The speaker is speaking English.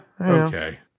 Okay